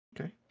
Okay